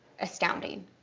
astounding